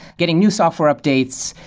getting new software updates,